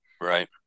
Right